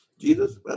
Jesus